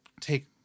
take